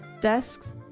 desks